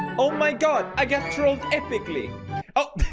oh my god, i guess trolls epically oh